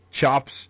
Chops